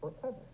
forever